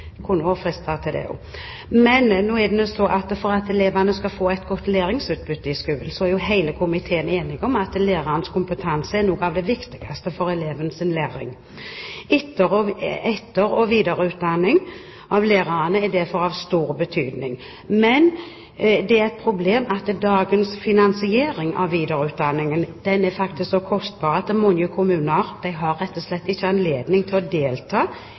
jeg kunne være fristet til det også. For at elevene skal få et godt læringsutbytte i skolen, er hele komiteen enig om at lærerens kompetanse er noe av det viktigste for elevenes læring. Etter- og videreutdanning for lærerne er derfor av stor betydning, men det er et problem at dagens finansiering av videreutdanningen faktisk er så kostbar at mange kommuner rett og slett ikke har anledning til å delta